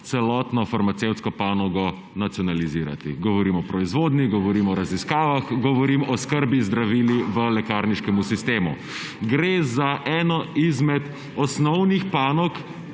celotno farmacevtsko panogo nacionalizirati. Govorim o proizvodnji, govorim o raziskavah, govorim o oskrbi z zdravili v lekarniškem sistemu. Gre za eno izmed osnovnih panog,